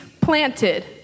planted